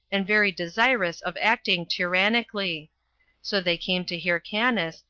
and very desirous of acting tyrannically so they came to hyrcanus,